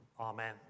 Amen